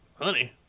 honey